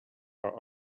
are